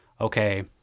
okay